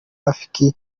rafiki